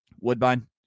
Woodbine